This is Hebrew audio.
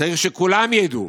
צריך שכולם ידעו